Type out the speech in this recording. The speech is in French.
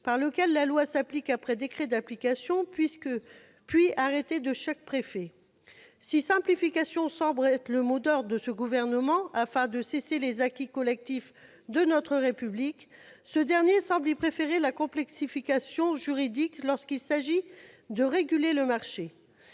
par lequel la loi s'applique après prise d'un décret d'application puis d'un arrêté par chaque préfet. Si « simplification » semble être le mot d'ordre du Gouvernement, désireux de casser les acquis collectifs de notre République, il semble lui préférer la complexification juridique lorsqu'il s'agit de réguler le marché.